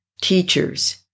teachers